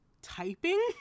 typing